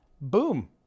Boom